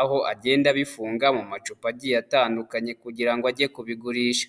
aho agenda abifunga mu macupa agiye atandukanye kugira ngo ajye kubigurisha.